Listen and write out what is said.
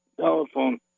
telephone